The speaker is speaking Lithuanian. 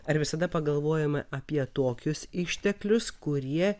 ar visada pagalvojame apie tokius išteklius kurie